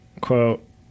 quote